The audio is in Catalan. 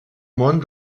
món